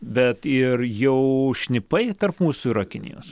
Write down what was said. bet ir jau šnipai tarp mūsų yra kinijos